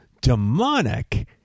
demonic